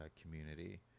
community